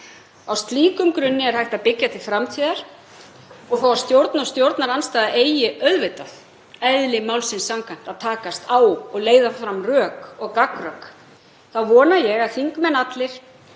Á slíkum grunni er hægt að byggja til framtíðar og þó að stjórn og stjórnarandstaða eigi auðvitað eðli málsins samkvæmt að takast á og leiða fram rök og gagnrök þá vona ég að við, þingmenn allir,